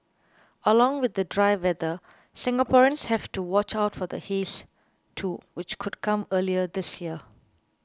along with the dry weather Singaporeans have to watch out for the haze too which could come earlier this year